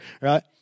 Right